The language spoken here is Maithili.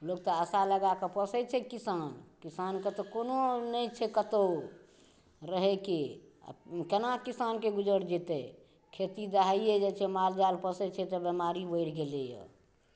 लोक तऽ आशा लगाए कऽ पोषै छै किसान किसानकेँ तऽ कोनो नहि छै कतौ रहैके आ केना किसानके गुजर जेतै खेती दहाये जाइ छै माल जाल पोषै छै तऽ बेमारी बढ़ि गेलैया